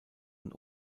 und